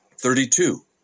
Thirty-two